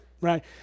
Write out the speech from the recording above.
right